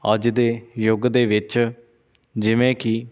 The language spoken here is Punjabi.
ਅੱਜ ਦੇ ਯੁੱਗ ਦੇ ਵਿੱਚ ਜਿਵੇਂ ਕਿ